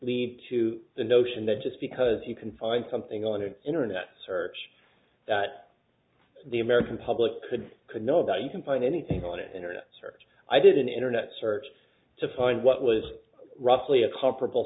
lead to the notion that just because you can find something on the internet search that the american public could could know that you can find anything on an internet search i did an internet search to find what was roughly a comparable